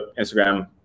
Instagram